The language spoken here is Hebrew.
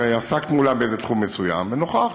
הרי את עסקת מולה בתחום מסוים ונוכחת.